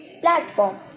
platform